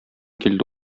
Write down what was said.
килде